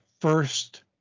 first